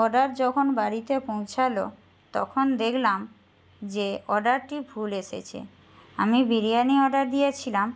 order যখন বাড়িতে পৌঁছালো তখন দেখলাম যে অর্ডারটি ভুল এসেছে আমি বিরিয়ানি অর্ডার দিয়েছিলাম